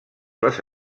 les